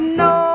no